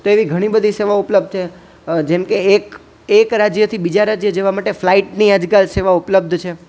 તો એવી ઘણી બધી સેવાઓ ઉપલબ્ધ છે જેમ કે એક એક રાજ્યથી બીજા રાજ્ય જવા માટે ફ્લાઈટની આજ કાલ સેવાઓ ઉપલબ્ધ છે